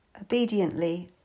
Obediently